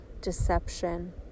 deception